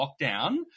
lockdown